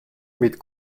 mit